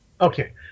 Okay